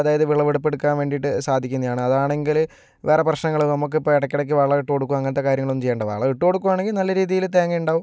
അതായത് വിളവെടുപ്പെടുക്കാൻ വേണ്ടിയിട്ട് സാധിക്കുന്നതാണ് അതാണങ്കില് വേറെ പ്രശ്നങ്ങള് നമുക്കിപ്പോൾ ഇടയ്ക്കിടയ്ക്ക് വളം ഇട്ട് കൊടുക്കുകയോ അങ്ങനത്തെ കാര്യങ്ങളൊന്നും ചെയ്യണ്ട വളം ഇട്ട് കൊടുക്കുവാണെങ്കിൽ നല്ല രീതിയില് തേങ്ങ ഉണ്ടാകും